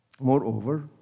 Moreover